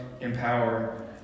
empower